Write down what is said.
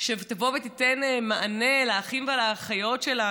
שתבוא ותיתן מענה לאחים ולאחיות שלנו.